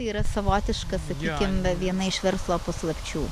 yra savotiška sakykim viena iš verslo paslapčių